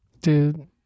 dude